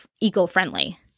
eco-friendly